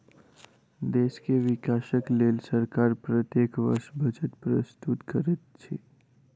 देश के विकासक लेल सरकार प्रत्येक वर्ष बजट प्रस्तुत करैत अछि